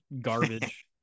Garbage